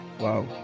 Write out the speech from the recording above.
Wow